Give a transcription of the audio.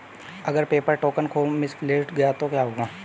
अगर paper token खो misplaced गया तो क्या होगा?